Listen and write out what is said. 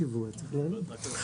כן.